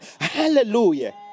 Hallelujah